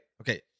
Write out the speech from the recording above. Okay